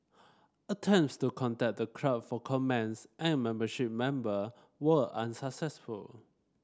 attempts to contact the club for comments and membership member were unsuccessful